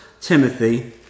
Timothy